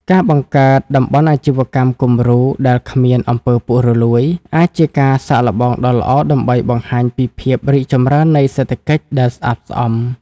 ការបង្កើត "តំបន់អាជីវកម្មគំរូដែលគ្មាន អំពើពុករលួយ" អាចជាការសាកល្បងដ៏ល្អដើម្បីបង្ហាញពីភាពរីកចម្រើននៃសេដ្ឋកិច្ចដែលស្អាតស្អំ។